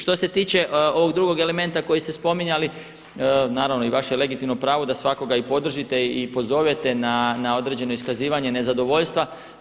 Što se tiče ovog drugog elementa kojeg ste spominjali, naravno i vaše je legitimno pravo da svakako i podržite i pozovete na određeno iskazivanje nezadovoljstva.